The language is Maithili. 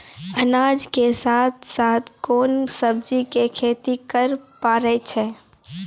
अनाज के साथ साथ कोंन सब्जी के खेती करे पारे छियै?